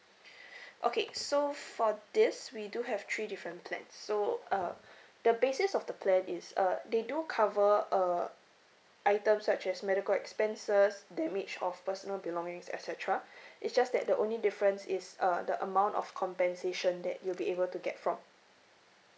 okay so for this we do have three different plans so uh the basis of the plan is uh they do cover uh items such as medical expenses damage of personal belongings et cetera it's just that the only difference is uh the amount of compensation that you'll be able to get from